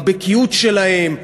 הבקיאות שלהם,